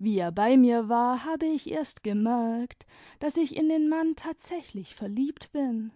wie er bei mir war habe ich erst gemerkt daß ich in den mann tatsächlich verliebt bin